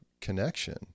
connection